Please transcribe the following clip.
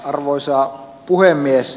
arvoisa puhemies